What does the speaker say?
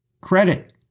credit